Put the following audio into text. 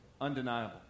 undeniable